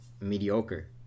mediocre